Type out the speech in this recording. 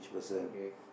okay